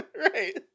Right